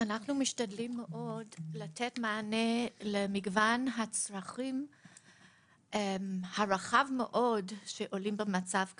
אנחנו משתדלים מאוד לתת מענה למגוון הצרכים הרחב מאוד שעולה במצב כזה,